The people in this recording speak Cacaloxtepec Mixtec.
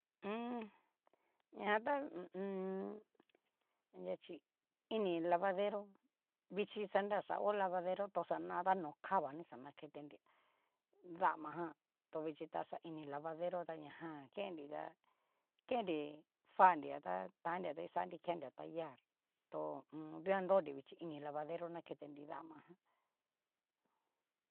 Mmm. ñajan tá hu u un. anria achí, ini lavadero vichí xanra xa ho lavadero, to xana ta no kaba ni xa naketenria, damajan tu vichí ta xa ini lavadero, ta ña jan kennri tá, kenri fanri jan tannria ta, kuxanri kenria tallar to ho o on. dikuan nrori vichí, ini lavadero naketenri dama ján.